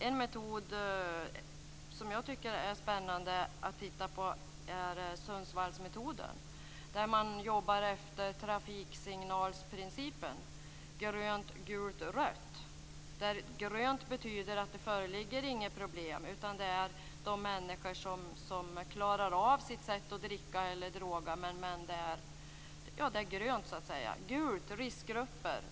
En metod som jag tycker är spännande att titta på är Sundsvallsmetoden. Man jobbar där efter trafiksignalsprincipen - Grönt betyder att det inte föreligger något problem. Det är fråga om människor som klarar sitt sätt att dricka eller droga. Gult innebär riskgrupper.